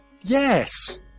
yes